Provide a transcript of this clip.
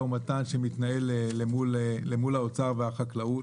ומתן שמתנהל אל מול האוצר והחקלאות,